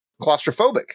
claustrophobic